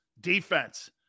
defense